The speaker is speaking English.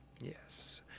Yes